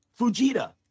Fujita